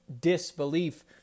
disbelief